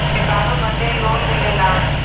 व्यापारों बदे लोन मिलला